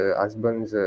husbands